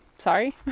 sorry